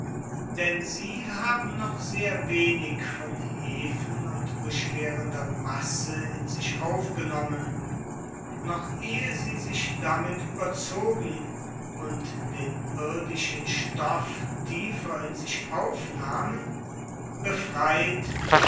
denn sie haben noch sehr wenig von hefen und beschwerender masse in sich aufgenommen noch ehe sie sich damit überzogen und den irdischen stoff tiefer in sich aufnahmen befreit